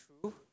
true